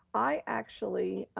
i actually,